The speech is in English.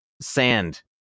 sand